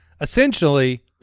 essentially